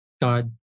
God